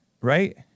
Right